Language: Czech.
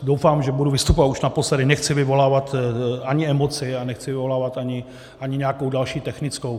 Doufám, že budu vystupovat už naposledy, nechci vyvolávat ani emoce a nechci vyvolávat ani nějakou další technickou.